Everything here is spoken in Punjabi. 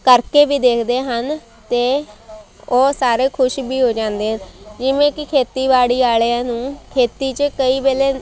ਕਰਕੇ ਵੀ ਦੇਖਦੇ ਹਨ ਅਤੇ ਉਹ ਸਾਰੇ ਖੁਸ਼ ਵੀ ਹੋ ਜਾਂਦੇ ਜਿਵੇਂ ਕਿ ਖੇਤੀਬਾੜੀ ਵਾਲਿਆਂ ਨੂੰ ਖੇਤੀ 'ਚ ਕਈ ਵੇਲੇ